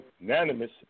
unanimous